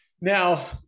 Now